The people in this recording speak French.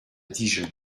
dijon